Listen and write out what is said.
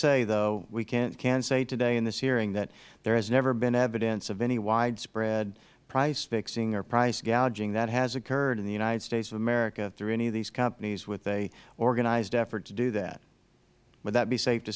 say though we can say today in this hearing that there has never been evidence of any widespread price fixing or price gouging that has occurred in the united states of america through any of these companies with an organized effort to do that would that be safe to